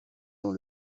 dans